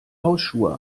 hausschuhe